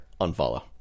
unfollow